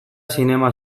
zinema